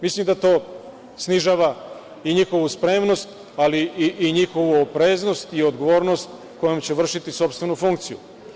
Mislim da to snižava njihovu spremnost, ali i njihovu opreznost i odgovornost kojom će vršiti sopstvenu funkciju.